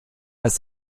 ist